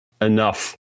enough